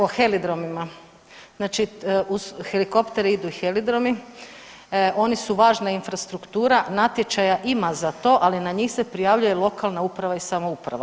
O helidromima, znači uz helikoptere idu i helidromi, oni su važna infrastruktura, natječaja ima za to, ali na njih se prijavljuje lokalna uprava i samouprava.